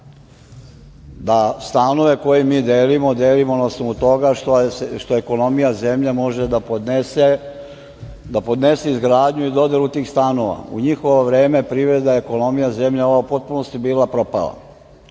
da stanove koje mi delimo, delimo na osnovu toga što ekonomija zemlje može da podnese izgradnju i dodelu tih stanova. U njihove vreme privrede i ekonomija zemlje je u potpunosti bila propala. Još